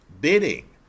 bidding